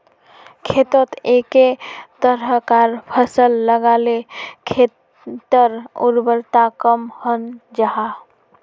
खेतोत एके तरह्कार फसल लगाले खेटर उर्वरता कम हन जाहा